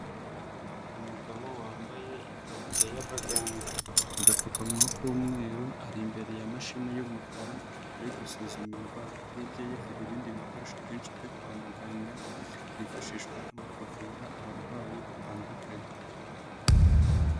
Umugabo wambaye itaburiya y'abaganga, agapfukamawa k'umweru ari imbere ya mashini y'umukara ari gusuzuma indwara, hirya ye hari ibindi bikoresho byinshi byo kwa muganga byifashishwa mu kuvura abarwayi batandukanye.